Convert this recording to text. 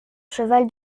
cheval